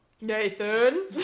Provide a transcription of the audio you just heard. Nathan